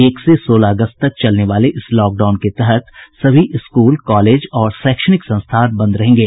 एक से सोलह अगस्त तक चलने वाले इस लॉकडाउन के तहत सभी स्कूल कॉलेज और शैक्षणिक संस्थान बंद रहेंगे